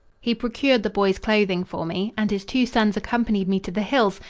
he procured the boy's clothing for me and his two sons accompanied me to the hills,